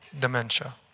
dementia